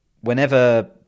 whenever